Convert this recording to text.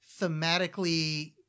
thematically